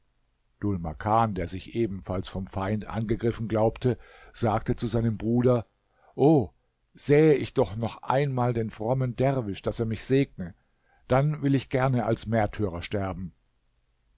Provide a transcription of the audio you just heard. makan der sich ebenfalls vom feind angegriffen glaubte sagte zu seinem bruder o sähe ich doch noch einmal den frommen derwisch daß er mich segne dann will ich gern als märtyrer sterben